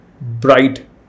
Bright